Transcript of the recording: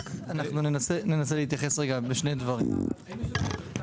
רועי רייכר מאגף תקציבים.